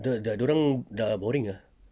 betul dorang dah boring ah